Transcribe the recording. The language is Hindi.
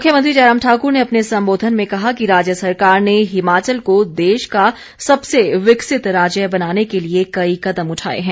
मुख्यमंत्री जयराम ठाकुर ने अपने संबोधन में कहा कि राज्य सरकार ने हिमाचल को देश का सबसे विकसित राज्य बनाने के लिए कई कदम उठाए हैं